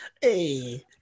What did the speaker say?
Hey